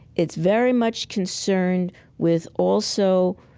it's very much concerned with also